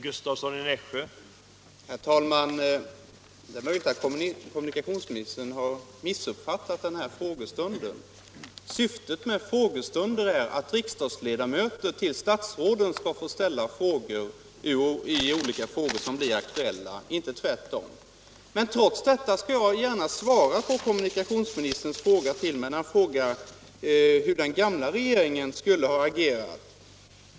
Herr talman! Det är möjligt att kommunikationsministern har missuppfattat den här frågestunden. Syftet med frågestunden är att riksdagsledamöter till statsråden skall få ställa frågor i olika ärenden som blir aktuella — inte tvärtom. Trots detta skall jag gärna svara på kommunikationsministerns fråga hur den gamla regeringen skulle ha agerat.